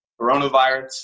coronavirus